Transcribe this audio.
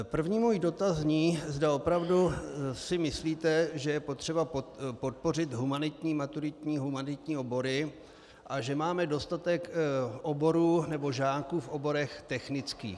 První můj dotaz zní, zda si opravdu myslíte, že je potřeba podpořit humanitní maturitní obory a že máme dostatek oborů, nebo žáků v oborech technických.